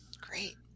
Great